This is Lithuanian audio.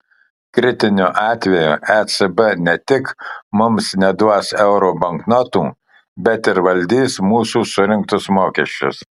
kritiniu atveju ecb ne tik mums neduos euro banknotų bet ir valdys mūsų surinktus mokesčius